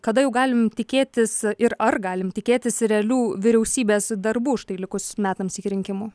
kada jau galim tikėtis ir ar galim tikėtis realių vyriausybės darbų užtai likus metams iki rinkimų